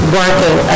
working